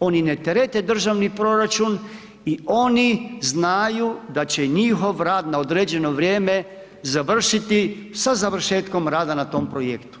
oni ne terete državni proračun i oni znaju da će njihov rad na određeno vrijeme završiti sa završetkom rada na tom projektu.